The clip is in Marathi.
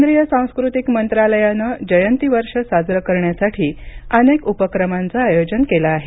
केंद्रीय सांस्कृतिक मंत्रालयानं जयंती वर्ष साजरं करण्यासाठी अनेक उपक्रमांचं आयोजन केलं आहे